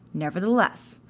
nevertheless,